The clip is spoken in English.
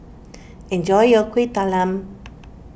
enjoy your Kueh Talam